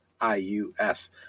I-U-S